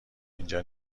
اینجا